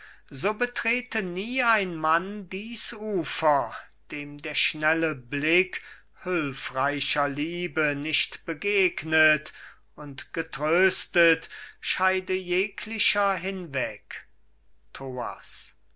so betrete nie ein mann dies ufer dem der schnelle blick hülfreicher liebe nicht begegnet und getröstet scheide jeglicher hinweg